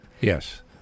yes